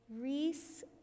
Reese